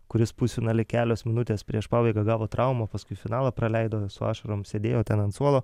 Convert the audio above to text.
kuris pusfinaly kelios minutės prieš pabaigą gavo traumą paskui finalą praleido su ašarom sėdėjo ten ant suolo